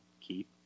keep